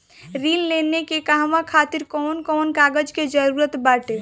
ऋण लेने के कहवा खातिर कौन कोन कागज के जररूत बाटे?